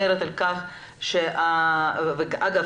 אגב,